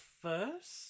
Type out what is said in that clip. first